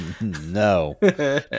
No